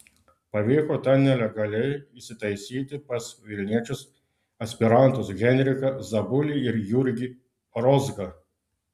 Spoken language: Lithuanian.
pavyko ten nelegaliai įsitaisyti pas vilniečius aspirantus henriką zabulį ir jurgį rozgą